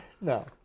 No